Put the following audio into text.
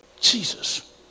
Jesus